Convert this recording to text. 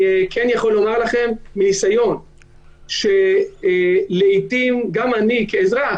אני כן יכול לומר לכם מניסיון שלעתים גם אני כאזרח